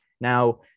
Now